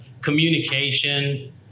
communication